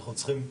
אנחנו צריכים,